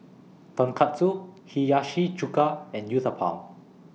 Tonkatsu Hiyashi Chuka and Uthapam